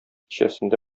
кичәсендә